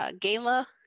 gala